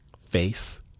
face